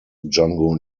django